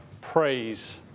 praise